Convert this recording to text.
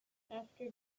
after